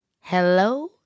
Hello